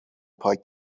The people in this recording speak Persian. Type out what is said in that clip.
پاک